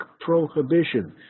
prohibition